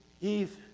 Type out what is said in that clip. Eve